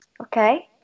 Okay